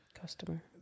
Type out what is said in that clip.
Customer